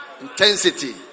Intensity